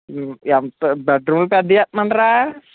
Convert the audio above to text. ఎంత బెడ్రూమ్ పెద్దవెట్టమంటారా